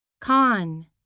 con